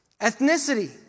Ethnicity